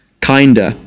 kinder